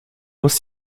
muss